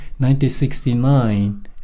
1969